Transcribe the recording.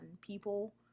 people